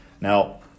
Now